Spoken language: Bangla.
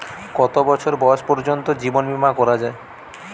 কত বছর বয়স পর্জন্ত জীবন বিমা করা য়ায়?